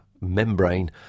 membrane